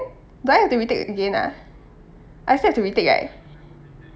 do I have to retake again ah I still have to retake right